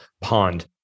pond